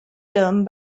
term